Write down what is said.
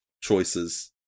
choices